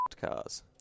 cars